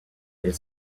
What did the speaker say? elles